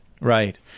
right